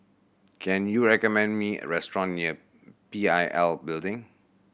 can you recommend me a restaurant near P I L Building